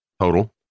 total